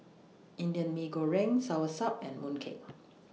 Indian Mee Goreng Soursop and Mooncake